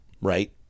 Right